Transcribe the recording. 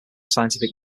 scientific